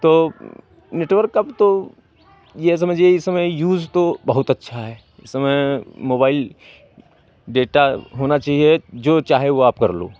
तो नेटवर्क का अब तो ये समझिए इस समय यूज़ तो बहुत अच्छा है इस समय मोबाइल डेटा होना चाहिए जो चाहे वो आप कर लो